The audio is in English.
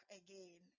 again